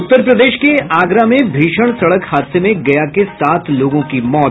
उत्तर प्रदेश के आगरा में भीषण सड़क हादसे में गया के सात लोगों की मौत